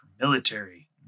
military